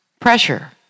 pressure